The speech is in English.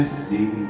see